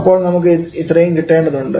അപ്പോൾ നമുക്ക് ഇത്രയും കിട്ടേണ്ടതുണ്ട്